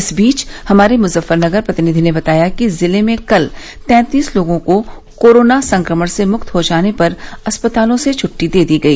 इस बीच हमारे मुजफ्फरनगर प्रतिनिधि ने बताया है कि जिले में कल तैंतीस लोगों को कोरोना संक्रमण से मुक्त हो जाने पर अस्पतालों से छुट्टी दे दी गई